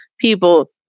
people